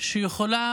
שיכולה